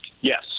Yes